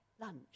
lunch